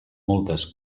multes